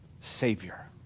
Savior